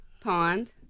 Pond